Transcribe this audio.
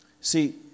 See